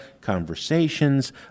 conversations